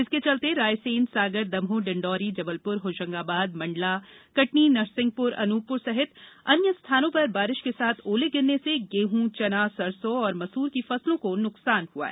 इसके चलते रायसेन सागर दमोह डिंडोरी जबलपुर होशंगाबाद मंडला कटनी नरसिंहपुर अनूपपुर सहित अन्य स्थानों पर बारिश के साथ ओले गिरने से गेंह चना सरसौ और मसूर की फसलों को नुकसान हुआ है